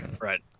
right